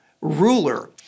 ruler